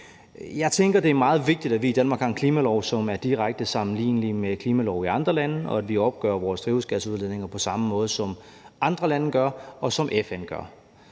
Jeg tænker, at det er meget vigtigt, at vi i Danmark har en klimalov, som er direkte sammenlignelig med klimalove i andre lande, og at vi opgør vores drivhusgasudledninger på samme måde, som andre lande gør, og som FN gør.